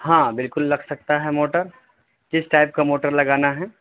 ہاں بالکل لگ سکتا ہے موٹر کس ٹائپ کا موٹر لگانا ہیں